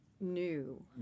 new